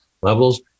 levels